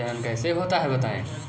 जनन कैसे होता है बताएँ?